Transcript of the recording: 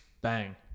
Bang